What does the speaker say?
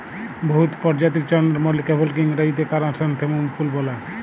বহুত পরজাতির চল্দ্রমল্লিকা ফুলকে ইংরাজিতে কারাসলেথেমুম ফুল ব্যলে